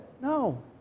No